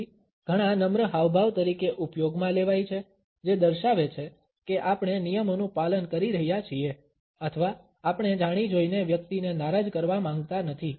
તેથી ઘણા નમ્ર હાવભાવ તરીકે ઉપયોગમાં લેવાય છે જે દર્શાવે છે કે આપણે નિયમોનું પાલન કરી રહ્યા છીએ અથવા આપણે જાણી જોઈને વ્યક્તિને નારાજ કરવા માંગતા નથી